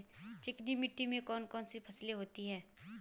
चिकनी मिट्टी में कौन कौन सी फसलें होती हैं?